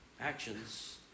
Actions